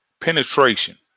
penetration